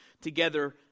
together